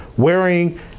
Wearing